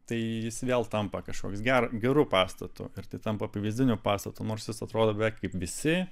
tai jis vėl tampa kažkoks gero geru pastatu ir tai tampa pavyzdiniu pastatu nors jis atrodo beveik kaip visi